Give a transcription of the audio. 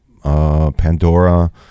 Pandora